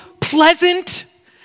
pleasant